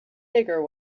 bigger